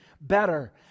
better